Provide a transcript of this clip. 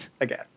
Again